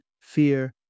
fear